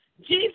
Jesus